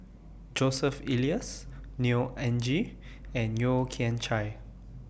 Joseph Elias Neo Anngee and Yeo Kian Chai